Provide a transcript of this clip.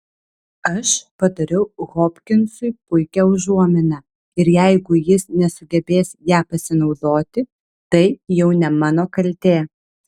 aš padariau hopkinsui puikią užuominą ir jeigu jis nesugebės ja pasinaudoti tai jau ne mano kaltė